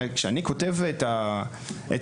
כשאני כותב את התלונה,